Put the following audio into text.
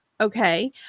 okay